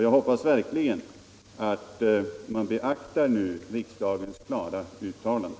Jag hoppas verkligen att man nu kommer att beakta riksdagens klara uttalande.